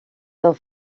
del